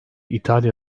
i̇talya